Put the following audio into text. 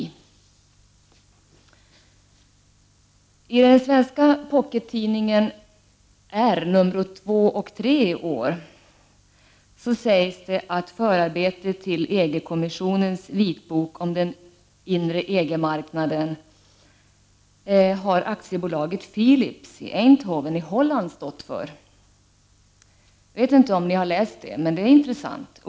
I årets nr 2 och 3 av den svenska pockettidningen R sägs att förarbetet till EG-kommissionens vitbok om den inre EG-marknaden har AB Philips i Eindhoven i Holland stått för. Jag vet inte om ni har läst artiklarna men de är intressanta.